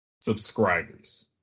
subscribers